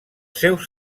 seus